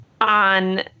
on